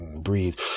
Breathe